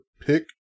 pick